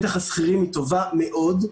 בטח לשכירים, היא טובה מאוד.